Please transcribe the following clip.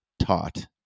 taught